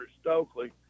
Stokely